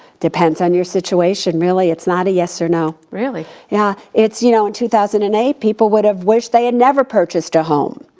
depends on your situation, really, it's not a yes or no. really? yeah, it's, you know in two thousand and eight, people would've wished they had never purchased a home.